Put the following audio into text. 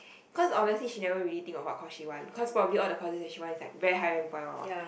cause honestly she never really think of what course she want cause probably all the courses that she want is like very high rank point one what